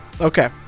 Okay